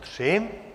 3.